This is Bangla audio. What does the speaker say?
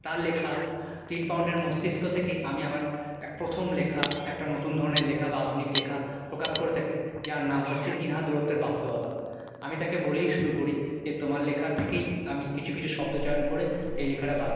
তার লেখা তিন পাউন্ডের মস্তিষ্ক থেকেই আমি আমার এক প্রথম লেখা একটা নতুন ধরনের লেখা বা আধুনিক লেখা প্রকাশ করে থাকি যার নাম হচ্ছে তিন হাত দূরত্বের বাস্তবতা আমি তাকে বলেই শুরু করি যে তোমার লেখা থেকেই আমি কিছু কিছু শব্দচয়ণ করে এই লেখাটা বার করি